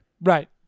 right